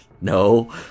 No